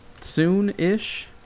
soon-ish